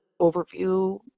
overview